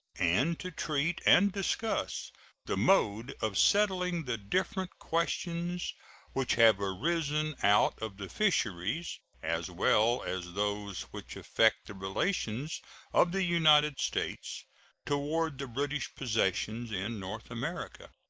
and to treat and discuss the mode of settling the different questions which have arisen out of the fisheries, as well as those which affect the relations of the united states toward the british possessions in north america.